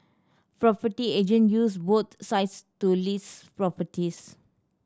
property agent use both sites to list properties